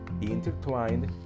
intertwined